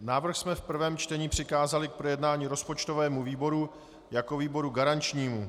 Návrh jsme v prvém čtení přikázali k projednání rozpočtovému výboru jako výboru garančnímu.